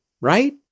right